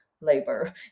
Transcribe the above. labor